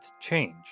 change